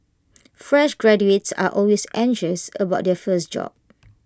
fresh graduates are always anxious about their first job